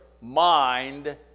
mind